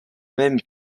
même